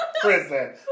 Prison